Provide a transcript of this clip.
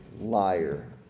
liar